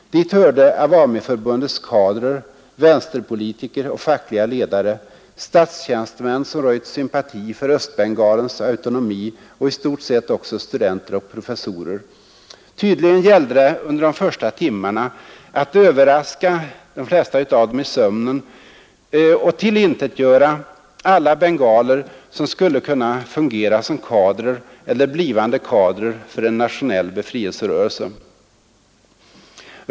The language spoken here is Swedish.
Dit hörde Awamiförbundets kadrer, vänsterpolitiker och fackliga ledare, statstjänstemän som röjt sympati för Östbengalens autonomi och i stort sett också studenter och professorer. Tydligen gällde det under de första timmarna att överraska — de flesta av dem i sömnen — och tillintetgöra alla bengaler som skulle kunna fungera som kadrer eller blivande kadrer för en nationell befrielserörelse.